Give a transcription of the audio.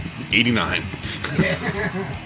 89